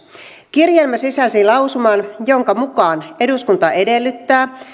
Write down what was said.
kirjelmä sisälsi lausuman jonka mukaan eduskunta edellyttää